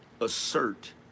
assert